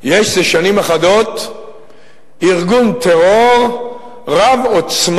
יש זה שנים אחדות ארגון טרור רב-עוצמה.